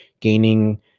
gaining